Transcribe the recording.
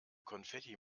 konfetti